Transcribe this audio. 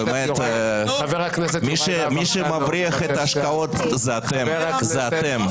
מי שמבריח את ההשקעות אלה אתם.